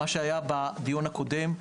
מה שהיה בדיון הקודם,